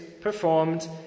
performed